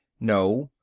no.